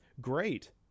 Great